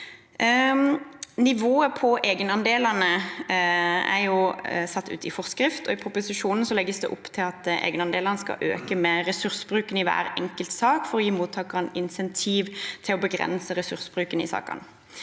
Nivået på egenandelene er jo satt ut i forskrift, og i proposisjonen legges det opp til at egenandelene skal øke med ressursbruken i hver enkelt sak for å gi mottakeren insentiv til å begrense ressursbruken i sakene.